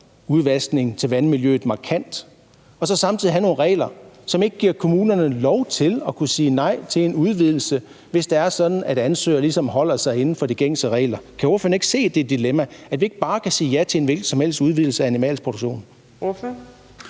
kvælstofudvaskning til vandmiljøet markant og så samtidig har nogle regler, som ikke giver kommunerne lov til at kunne sige nej til en udvidelse, hvis det er sådan, at ansøger ligesom holder sig inden for de gængse regler? Kan ordføreren ikke se, at det er et dilemma – at vi ikke bare kan sige ja til en hvilken som helst udvidelse af animalsk produktion?